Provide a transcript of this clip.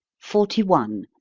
forty one.